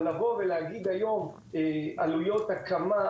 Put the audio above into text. אבל לומר היום עלויות הקמה,